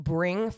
Bring